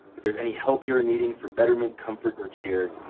if there's any help you're needing, for betterment, comfort, or cheer.